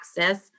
access